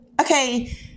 Okay